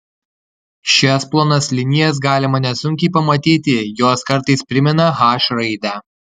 šias plonas linijas galima nesunkiai pamatyti jos kartais primena h raidę